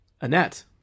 Annette